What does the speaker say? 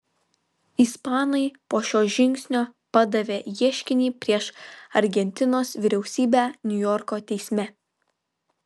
ispanai po šio žingsnio padavė ieškinį prieš argentinos vyriausybę niujorko teisme